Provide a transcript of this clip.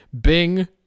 bing